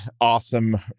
awesome